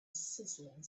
sizzling